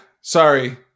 Sorry